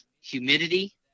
humidity